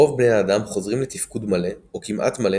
רוב בני האדם חוזרים לתפקוד מלא או כמעט מלא